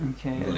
Okay